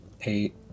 eight